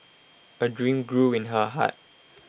A dream grew in her heart